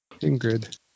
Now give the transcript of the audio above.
Ingrid